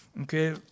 Okay